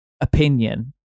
opinion